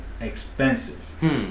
expensive